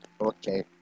okay